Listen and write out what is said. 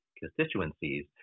constituencies